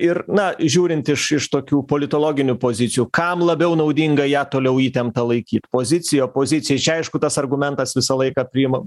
ir na žiūrint iš iš tokių politologinių pozicijų kam labiau naudinga ją toliau įtemptą laikyt pozicija opozicijai čia aišku tas argumentas visą laiką priima